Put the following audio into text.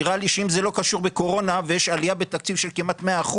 נראה לי שאם זה לא קשור בקורונה ויש עלייה בתקציב של כמעט 100%,